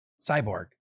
Cyborg